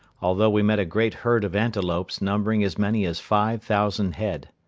although we met a great herd of antelopes numbering as many as five thousand head.